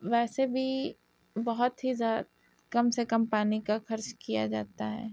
ویسے بھی بہت ہی زیادہ کم سے كم پانی کا خرچ کیا جاتا ہے